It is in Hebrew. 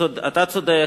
אתה צודק,